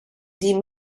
die